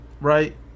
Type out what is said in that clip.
right